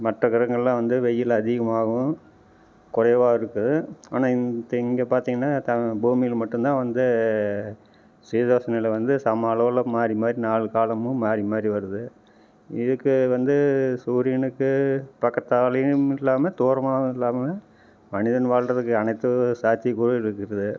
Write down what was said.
மற்ற கிரகங்களெலாம் வந்து வெயில் அதிகமாகவும் குறைவாக இருக்குது ஆனால் இந்த இங்கே பார்த்தீங்கன்னா த பூமியில் மட்டும்தான் வந்து சீதோஷண நிலை வந்து சம அளவில் மாறி மாறி நாலு காலமும் மாறி மாறி வருது இதுக்கு வந்து சூரியனுக்கு பக்கத்தாலேயும் இல்லாமல் தூரமாகவும் இல்லாமல் மனிதன் வாழ்கிறதுக்கு அனைத்து சாத்தியக்கூறு இருக்கிறது